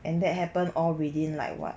and that happen all within like what